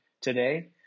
today